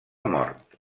mort